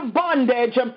bondage